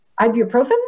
ibuprofen